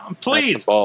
please